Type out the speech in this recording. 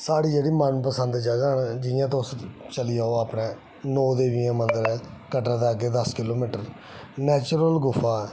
साढ़ी जेह्ड़ी मनपसन्द जगह न जि'यां तुस चली जाओ अपने नौ देवियें दा मंदर ऐ कटड़े दे अग्गै दस किलोमीटर नैचुरल गुफा ऐ